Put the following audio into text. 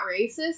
racist